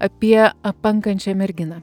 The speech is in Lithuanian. apie apankančią merginą